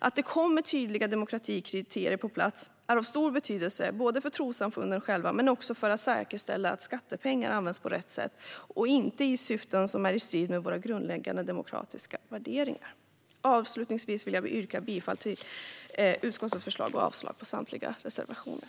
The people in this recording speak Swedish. Att det kommer tydliga demokratikriterier på plats är av stor betydelse både för trossamfunden själva och för att säkerställa att skattepengar används på rätt sätt och inte går till syften som står i strid med våra grundläggande demokratiska värderingar. Avslutningsvis vill jag yrka bifall till utskottets förslag och avslag på samtliga reservationer.